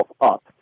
up